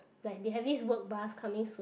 like they have this work bus coming soon